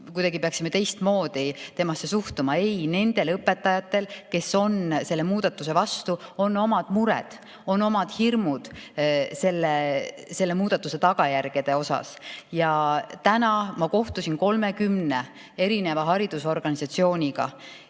kuidagi teistmoodi temasse suhtuma. Ei, nendel õpetajatel, kes on selle muudatuse vastu, on omad mured, on omad hirmud selle muudatuse tagajärgede ees. Täna ma kohtusin 30 haridusorganisatsiooniga